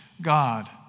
God